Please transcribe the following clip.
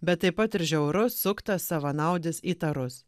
bet taip pat ir žiaurus suktas savanaudis įtarus